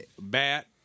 bat